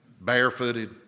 barefooted